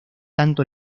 tanto